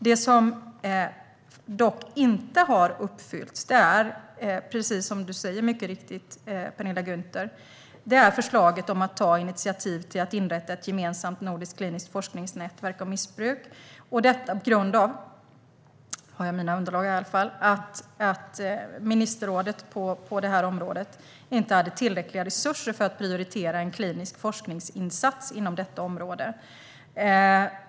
Det som dock inte har uppfyllts är, precis som Penilla Gunther mycket riktigt säger, förslaget om att ta initiativ till att inrätta ett gemensamt nordiskt kliniskt forskningsnätverk om missbruk. Det är, enligt mina underlag, på grund av att ministerrådet på detta område inte hade tillräckliga resurser för att prioritera en klinisk forskningsinsats inom detta område.